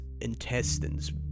intestines